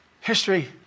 History